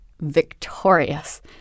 victorious